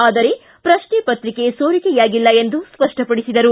ಆದರೆ ಪ್ರಕ್ಷೆಪತ್ರಿಕೆ ಸೋರಿಕೆಯಾಗಿಲ್ಲ ಎಂದು ಸ್ಪಷ್ಟಪಡಿಸಿದರು